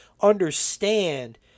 understand